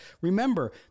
Remember